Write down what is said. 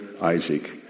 Isaac